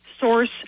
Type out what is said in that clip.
Source